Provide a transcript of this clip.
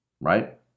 right